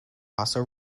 also